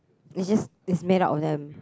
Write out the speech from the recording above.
is just is made out of them